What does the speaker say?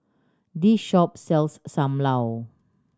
this shop sells Sam Lau